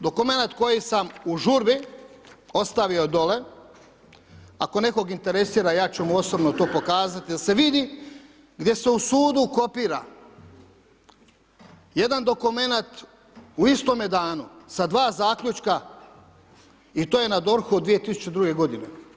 Dokument koji sam u žurbi ostavio dolje ako nekog interesira ja ću mu osobno to pokazati da se vidi gdje se u sudu kopira jedan dokument u istome danu sa dva zaključka i to je na DORH-u od 2002. godine.